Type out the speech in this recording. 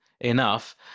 Enough